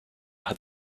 had